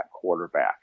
quarterback